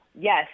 Yes